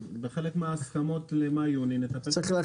בחלק מההסכמות למאי-יוני נטפל גם בזה.